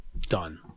Done